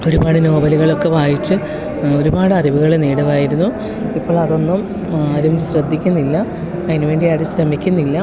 ഒരുപാട് നോവലുകളൊക്കെ വായിച്ച് ഒരുപാട് അറിവുകള് നേടുമായിരുന്നു ഇപ്പോളതൊന്നും ആരും ശ്രദ്ധിക്കുന്നില്ല അയിനുവേണ്ടി ആരും ശ്രമിക്കുന്നില്ല